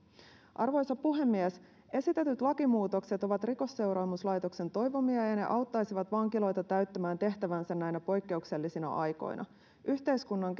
arvoisa puhemies esitetyt lakimuutokset ovat rikosseuraamuslaitoksen toivomia ja ne auttaisivat vankiloita täyttämään tehtäväänsä näinä poikkeuksellisina aikoina yhteiskunnan